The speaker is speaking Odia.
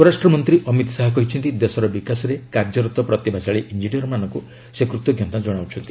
ସ୍ୱରାଷ୍ଟ୍ରମନ୍ତ୍ରୀ ଅମିତ ଶାହା କହିଛନ୍ତି ଦେଶର ବିକାଶରେ କାର୍ଯ୍ୟରତ ପ୍ରତିଭାଶାଳୀ ଇଞ୍ଜିନିୟରମାନଙ୍କୁ ସେ କୃତଜ୍ଞତା ଜଣାଉଛନ୍ତି